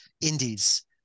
indies